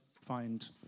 find